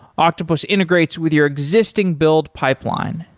octopus integrates with your existing build pipeline,